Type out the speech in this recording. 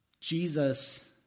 Jesus